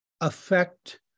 affect